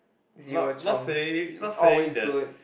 not not saying not saying there's